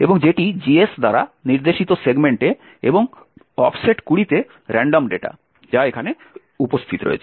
এবং যেটি GS দ্বারা নির্দেশিত সেগমেন্টে এবং অফসেট 20 এ রান্ডম ডেটা যা এখানে উপস্থিত রয়েছে